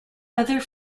other